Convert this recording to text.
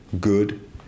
good